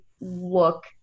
look